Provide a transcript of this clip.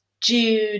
Jude